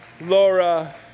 Laura